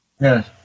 Yes